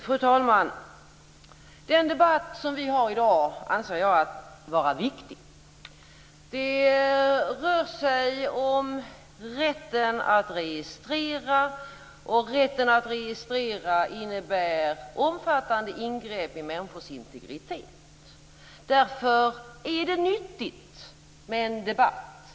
Fru talman! Jag anser den debatt som vi för i dag vara viktig. Den rör sig om rätten att registrera, och den rätten innebär omfattande ingrepp i människors integritet. Därför är det nyttigt med en debatt.